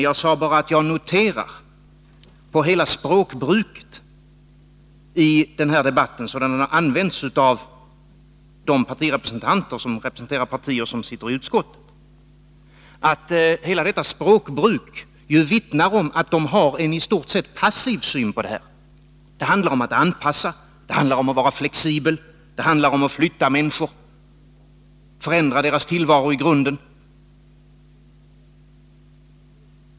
Jag sade bara att jag noterat att hela språkbruket i den här debatten, som språket har använts av de partirepresentanter som representerar partier som sitter i utskott, vittnar om en i stort sett passiv syn på denna fråga. Det handlar om att anpassa, att vara flexibel, det handlar om att flytta människor och förändra deras tillvaro i grunden.